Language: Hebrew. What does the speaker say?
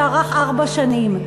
זה היה תהליך מדורג שארך ארבע שנים.